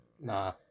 Nah